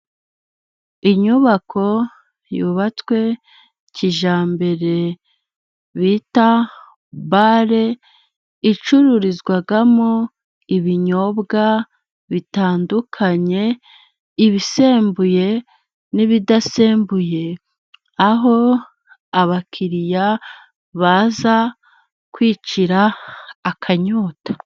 Inyubako yubatswe kijyambere bita bare, icururizwamo ibinyobwa bitandukanye, ibisembuye n'ibidasembuye, aho abakiriya baza kwicira akanyota.